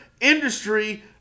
industry